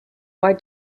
why